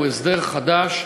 הוא הסדר חדש,